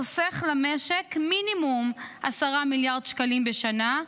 חוסך למשק מינימום 10 מיליארד שקלים בשנה,